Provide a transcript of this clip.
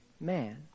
man